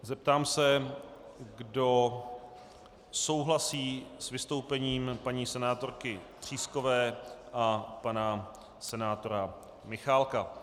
Zeptám se, kdo souhlasí s vystoupením paní senátorky Třískové a pana senátora Michálka.